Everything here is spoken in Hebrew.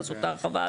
לעשות את ההרחבה.